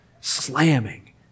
slamming